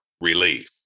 relief